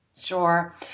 Sure